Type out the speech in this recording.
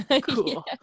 Cool